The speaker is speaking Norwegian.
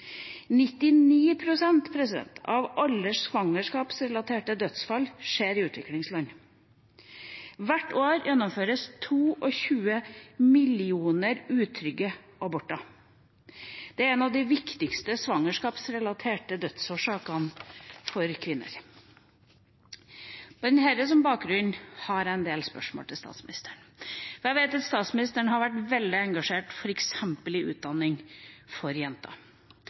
av alle svangerskapsrelaterte dødsfall skjer i utviklingsland. Hvert år gjennomføres 22 millioner utrygge aborter. Det er en av de viktigste svangerskapsrelaterte dødsårsakene hos kvinner. Med dette som bakgrunn har jeg en del spørsmål til statsministeren. Jeg vet at statsministeren har vært veldig engasjert, f.eks. i utdanning for jenter.